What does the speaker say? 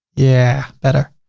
yeah, better.